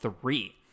three